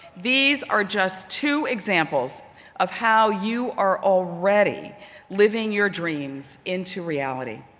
these are just two examples of how you are already living your dreams into reality.